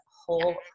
whole